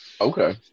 okay